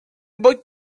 boy